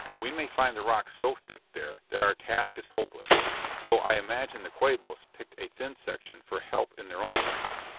we may find the rock so thick there that our task is hopeless though i imagine the quabos picked a thin section for help in their own plans.